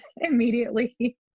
immediately